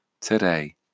today